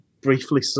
briefly